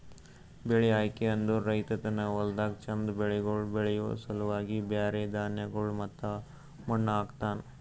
ಬೆಳಿ ಆಯ್ಕೆ ಅಂದುರ್ ರೈತ ತನ್ನ ಹೊಲ್ದಾಗ್ ಚಂದ್ ಬೆಳಿಗೊಳ್ ಬೆಳಿಯೋ ಸಲುವಾಗಿ ಬ್ಯಾರೆ ಧಾನ್ಯಗೊಳ್ ಮತ್ತ ಮಣ್ಣ ಹಾಕ್ತನ್